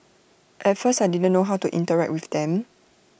at first I didn't know how to interact with them